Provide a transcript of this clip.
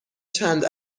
چند